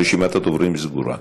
רשימת הדוברים סגורה.